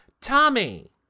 Tommy